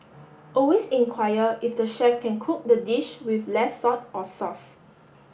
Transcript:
always inquire if the chef can cook the dish with less salt or sauce